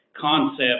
concept